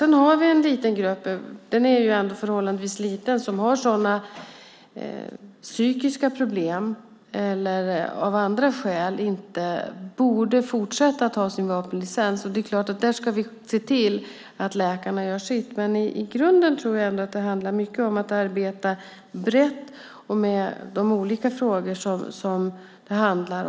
Sedan har vi en liten grupp - den är ändå förhållandevis liten - som på grund av psykiska problem eller av andra skäl inte borde fortsätta ha sin vapenlicens. Där ska vi så klart se till att läkarna gör sitt. I grunden tror jag ändå att det handlar mycket om att arbeta brett och med de olika frågor som det gäller.